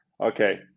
Okay